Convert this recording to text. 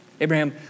Abraham